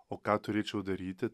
o ką turėčiau daryti